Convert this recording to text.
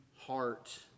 heart